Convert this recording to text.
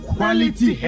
Quality